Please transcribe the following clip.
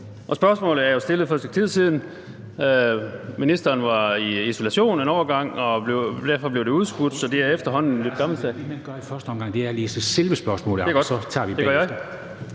Spørgsmålet er jo stillet for et stykke tid siden, men ministeren var i isolation en overgang, og derfor blev det udskudt, så det er efterhånden en lidt gammel sag. Kl. 15:20 Formanden